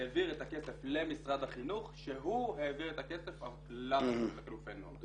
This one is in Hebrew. העביר את הכסף למשרד החינוך שהוא העביר את הכסף לחילופי נוער.